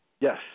Yes